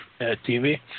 TV